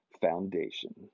Foundation